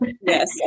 Yes